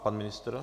Pan ministr?